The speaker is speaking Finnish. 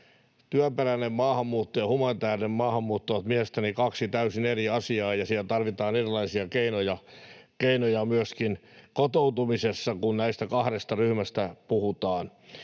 työperäinen maahanmuutto ja humanitäärinen maahanmuutto ovat mielestäni kaksi täysin eri asiaa ja tarvitaan erilaisia keinoja myöskin kotoutumisessa, kun näistä kahdesta ryhmästä puhutaan.